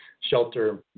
shelter